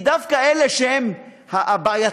כי דווקא אלה שהם בעייתיים,